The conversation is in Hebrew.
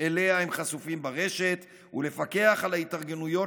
שאליה הם חשופים ברשת ולפקח על ההתארגנויות